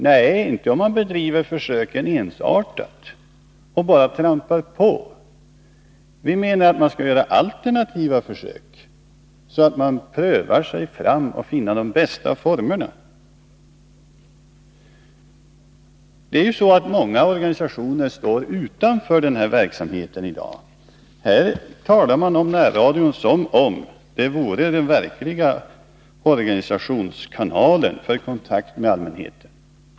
Nej, inte om man bedriver försöken ensartat och bara trampar på. Vi menar att man skall göra alternativa försök, så att man prövar sig fram för att finna de bästa formerna. Många organisationer står i dag utanför denna verksamhet, men här talas det om närradion som om den vore den verkliga kanalen för organisationernas kontakter med allmänheten.